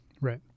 Right